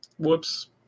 Whoops